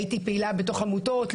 הייתי פעילה בתוך עמותות,